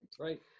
Right